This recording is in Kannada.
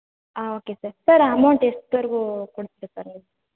ಹಾಂ ಒಕೆ ಸರ್ ಸರ್ ಅಮೌಂಟ್ ಎಷ್ಟ್ರ್ವರ್ಗೂ ಕೊಡ್ಸ್ತೀರಾ ಸರ್ ನೀವು